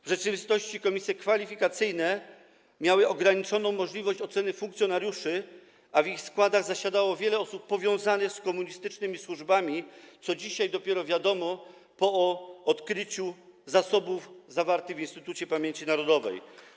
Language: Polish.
W rzeczywistości komisje kwalifikacyjne miały ograniczoną możliwość oceny funkcjonariuszy, a w ich składach zasiadało wiele osób powiązanych z komunistycznymi służbami, co dzisiaj dopiero wiadomo po odkryciu zasobów zgromadzonych w Instytucie Pamięci Narodowej.